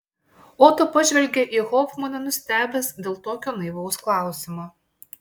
oto pažvelgė į hofmaną nustebęs dėl tokio naivaus klausimo